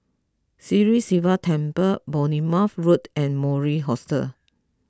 Sri Sivan Temple Bournemouth Road and Mori Hostel